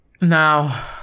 Now